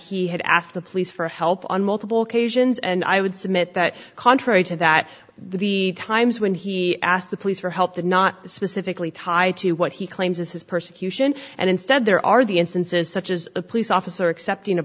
he had asked the police for help on multiple occasions and i would submit that contrary to that the times when he asked the police for help the not specifically tied to what he claims is his persecution and instead there are the instances such as a police officer accepting